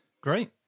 Great